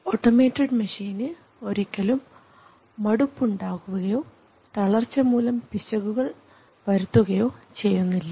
automated മെഷീന് ഒരിക്കലും മടുപ്പ് ഉണ്ടാവുകയോ തളർച്ച മൂലം പിശകുകൾ വരുത്തുകയോ ചെയ്യുന്നില്ല